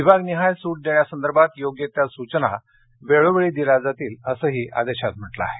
विभागनिहाय सूट देण्यासंदर्भात योग्य त्या सूचना वेळोवेळी दिल्या जातील असंही त्यांनी या आदेशात म्हटलं आहे